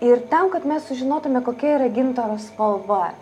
ir tam kad mes sužinotume kokia yra gintaro spalva